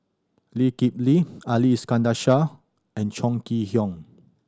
Lee Kip Lee Ali Iskandar Shah and Chong Kee Hiong